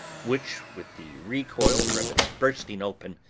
which with the recoil from its bursting open,